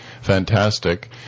fantastic